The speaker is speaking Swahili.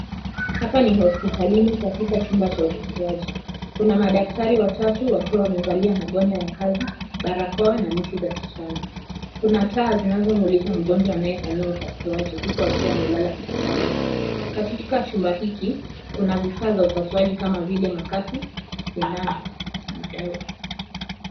Hapa ni hospitalini katika chumba cha upasuaji. Kuna madaktari watatu wakiwa wamevalia magwanda ya kazi, barakoa na neti za kijani. Kuna taa zinazomlika mgonjwa anayefanyiwa upasuaji huku akiwa amelala kitandani. Katika chumba hiki, kuna vifaa vya upasuaji kama vile makasi, sindano na madawa.